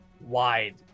wide